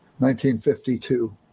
1952